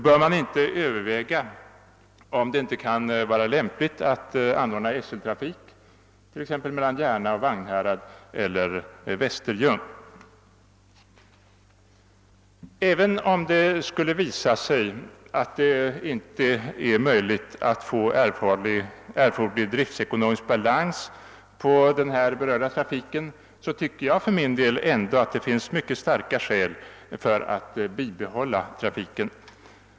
Bör man inte överväga, om det inte kan vara lämpligt att anordna SL-trafik t.ex. mellan Järna och Vagnhärad eller Västerljung? Även om det skulle visa sig att det inte är möjligt att få erforderlig driftsekonomisk balans på denna trafik, så tycker jag för min del ändå att det finns mycket starka skäl för att bibehålla trafiken.